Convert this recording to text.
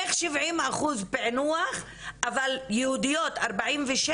איך 70 אחוז פענוח אבל יהודיות 46